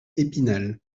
épinal